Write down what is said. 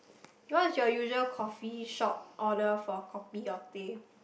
what is your usual coffeeshop order for kopi or teh